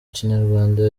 kinyarwanda